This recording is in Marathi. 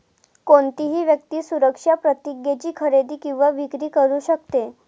कोणतीही व्यक्ती सुरक्षा प्रतिज्ञेची खरेदी किंवा विक्री करू शकते